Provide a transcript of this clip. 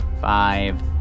five